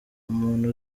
umuntu